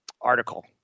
article